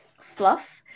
fluff